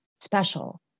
special